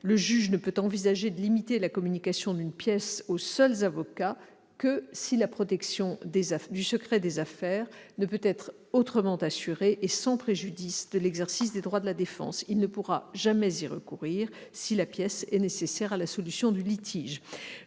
Le juge ne peut envisager de limiter la communication d'une pièce aux seuls avocats que si la protection du secret des affaires ne peut être autrement assurée et sans préjudice de l'exercice des droits de la défense. Il ne pourra jamais y recourir si la pièce est nécessaire à la solution du litige.